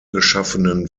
geschaffenen